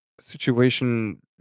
situation